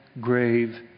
grave